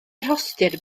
rhostir